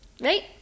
right